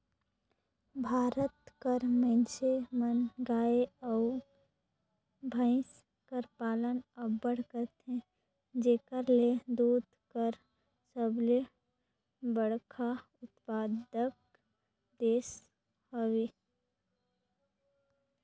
भारत कर मइनसे मन गाय अउ भंइस कर पालन अब्बड़ करथे जेकर ले दूद कर सबले बड़खा उत्पादक देस हवे